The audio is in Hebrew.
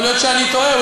יכול להיות שאני טועה,